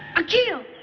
akio.